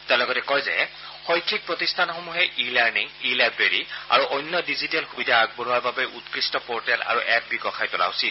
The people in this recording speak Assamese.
তেওঁ লগতে কয় যে শৈক্ষিক প্ৰতিষ্ঠানসমূহে ই লাৰনিং ই লাইব্ৰেৰী আৰু অন্য ডিজিটেল সুবিধা আগবঢ়োৱাৰ বাবে উৎকৃষ্ট পৰ্টেল আৰু এপ বিকশাই তোলা উচিত